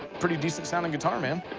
pretty decent sounding guitar, man.